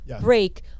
break